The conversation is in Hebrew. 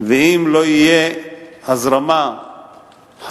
ואם לא תהיה הזרמה חלקה